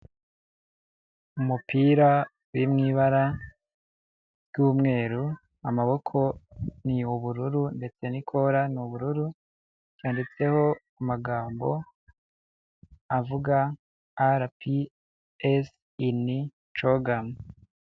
Umupira uri mu ibara ry'umweru amaboko ni ubururu ndetse n'ikora ni ubururu yanditseho amagambo avuga arapiyesi ini cogamu.